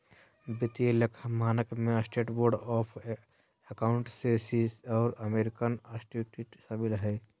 वित्तीय लेखा मानक में स्टेट बोर्ड ऑफ अकाउंटेंसी और अमेरिकन इंस्टीट्यूट शामिल हइ